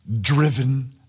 driven